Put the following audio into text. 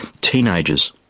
teenagers